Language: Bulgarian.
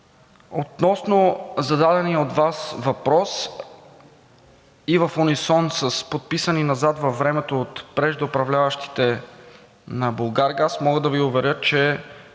Относно зададения от Вас въпрос и в унисон с подписани назад във времето от преждеуправляващите на „Булгаргаз“ мога да Ви уверя, че